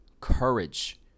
courage